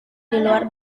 diluar